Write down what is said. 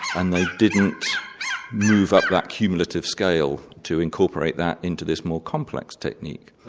and they didn't move up that cumulative scale to incorporate that into this more complex technique.